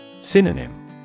Synonym